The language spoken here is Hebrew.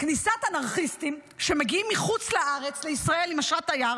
כניסת אנרכיסטים שמגיעים מחוץ לארץ לישראל עם אשרת תייר,